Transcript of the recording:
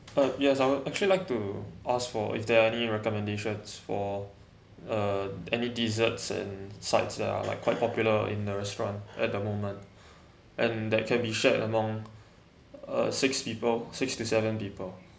uh yes I would actually like to ask for if there any recommendations for uh any desserts and sides they are like quite popular in the restaurant at the moment and that can be shared among uh six people six to seven people